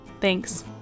Thanks